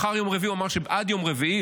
מחר יום רביעי, והוא אמר שעד יום רביעי.